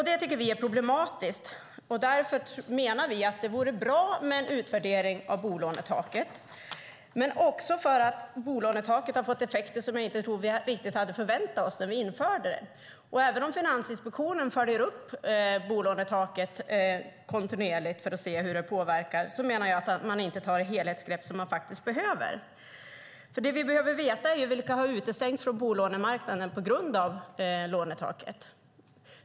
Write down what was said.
Det tycker vi är problematiskt. Därför menar vi att det vore bra med en utvärdering av bolånetaket. Men det handlar också om att bolånetaket har fått effekter som jag inte tror att vi riktigt hade förväntat oss när vi införde det. Och även om Finansinspektionen följer upp bolånetaket kontinuerligt för att se hur det påverkar menar jag att man inte tar det helhetsgrepp som man faktiskt behöver. Det vi behöver veta är vilka som har utestängts från bolånemarknaden på grund av lånetaket.